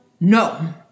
no